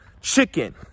Chicken